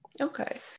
Okay